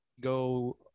go